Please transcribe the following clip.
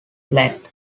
let